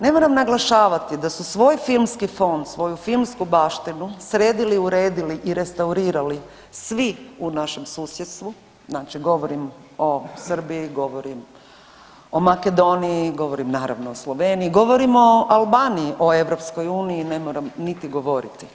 Ne moram naglašavati da su svoj filmski fond, svoju filmsku baštinu sredili, uredili i restaurirali svi u našem susjedstvu znači govorim o Srbiji, govorim o Makedoniji, govorim naravno o Sloveniji, govorim o Albaniji, o EU ne moram niti govoriti.